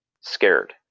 scared